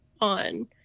on